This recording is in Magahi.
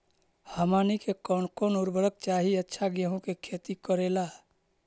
हमनी के कौन कौन उर्वरक चाही अच्छा गेंहू के खेती करेला?